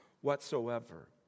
whatsoever